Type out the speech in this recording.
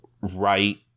right